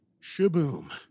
shaboom